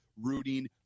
rooting